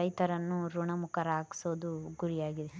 ರೈತರನ್ನು ಋಣಮುಕ್ತರಾಗ್ಸೋದು ಗುರಿಯಾಗಿದೆ